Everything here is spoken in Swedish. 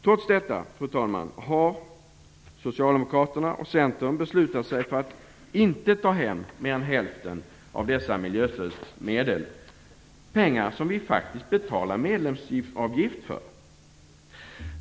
Trots detta, fru talman, har socialdemokraterna och centern beslutat sig för att inte ta hem mer än hälften av dessa miljöstödsmedel - pengar som vi faktiskt betalar medlemsavgift för.